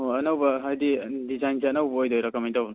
ꯑꯣ ꯑꯅꯧꯕ ꯍꯥꯏꯗꯤ ꯗꯤꯖꯥꯏꯟꯁꯦ ꯑꯅꯧꯕ ꯑꯣꯏꯗꯣꯏꯔꯣ ꯀꯃꯥꯏ ꯇꯧꯕ